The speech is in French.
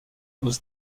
aux